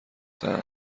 دهم